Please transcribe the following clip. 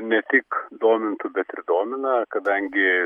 ne tik domintų bet ir domina kadangi